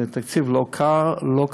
זה תקציב לא קטן.